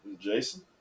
Jason